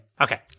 Okay